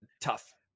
tough